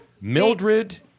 Mildred